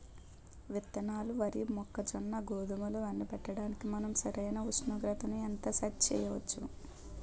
విత్తనాలు వరి, మొక్కజొన్న, గోధుమలు ఎండబెట్టడానికి మనం సరైన ఉష్ణోగ్రతను ఎంత సెట్ చేయవచ్చు?